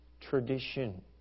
tradition